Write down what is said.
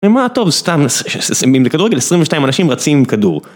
ומה הטוב, סתם, שסמים לכדורגל 22 אנשים רצים עם כדור.